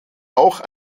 auch